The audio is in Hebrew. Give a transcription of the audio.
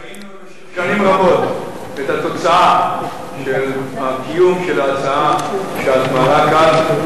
ראינו במשך שנים רבות את התוצאה של הקיום של ההצעה שאת מעלה כאן,